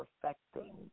perfecting